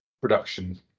production